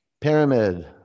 Pyramid